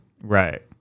Right